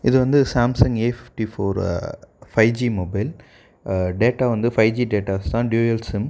இது வந்து Samsung A fifty four five G mobile data வந்து ஃபைவ் ஜி டேட்டாஸ் தான் டூயல் சிம்